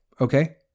okay